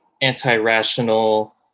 anti-rational